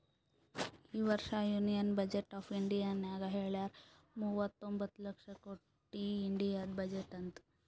ಈ ವರ್ಷ union budget of ಇಂಡಿಯಾನಾಗ್ ಹೆಳ್ಯಾರ್ ಮೂವತೊಂಬತ್ತ ಲಕ್ಷ ಕೊಟ್ಟಿ ಇಂಡಿಯಾದು ಬಜೆಟ್ ಅಂತ್